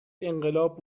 انقلاب